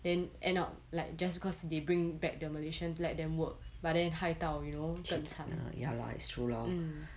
then end up like just because they bring back the malaysian let them work but then 害到 you know 跟惨 mm